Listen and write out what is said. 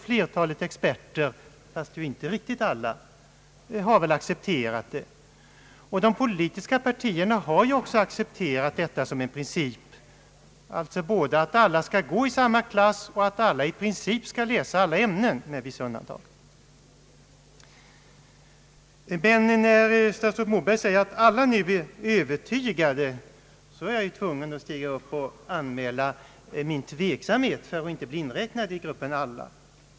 Flertalet experter — ehuru dock inte alla — har kanske accepterat denna ordning, och de politiska partierna har också accepterat principen att alla skall gå i samma klass och att alla i huvudsak skall läsa alla ämnen, med vissa undantag. När statsrådet Moberg säger att alla nu är övertygade i denna fråga är jag tvungen att anmäla min tveksamhet; jag vill inte bli inräknad i gruppen alla.